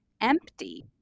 empty